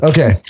Okay